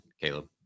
Caleb